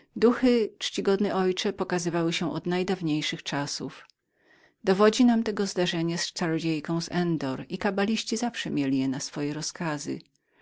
przekonywamy czcigodny ojcze pokazywały się od najdawniejszych czasów dowodzi nam tego zdarzenie baltojwy z endoru i kabaliści zawsze mieli ich na swoje rozkazy